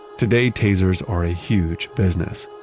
today, tasers are a huge business.